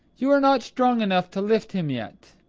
you're not strong enough to lift him yet.